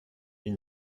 ils